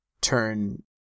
turn